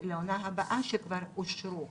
לעונה הבאה שכבר אושרו.